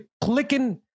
clicking